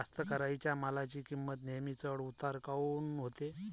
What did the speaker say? कास्तकाराइच्या मालाची किंमत नेहमी चढ उतार काऊन होते?